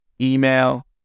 email